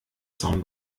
zaun